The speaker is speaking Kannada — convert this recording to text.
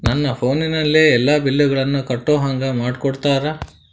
ನನ್ನ ಫೋನಿನಲ್ಲೇ ಎಲ್ಲಾ ಬಿಲ್ಲುಗಳನ್ನೂ ಕಟ್ಟೋ ಹಂಗ ಮಾಡಿಕೊಡ್ತೇರಾ?